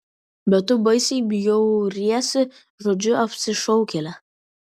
bet tu baisiai bjauriesi žodžiu apsišaukėlė